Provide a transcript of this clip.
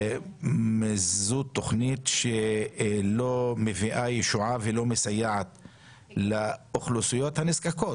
זה דבר שלא מביא ישועה ולא מסייע לאוכלוסיות הנזקקות.